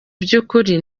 by’ukuri